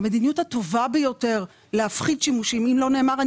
המדיניות הטובה ביותר להפחית שימוש אם לא נאמר,